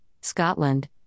Scotland